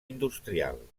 industrial